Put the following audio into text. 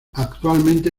actualmente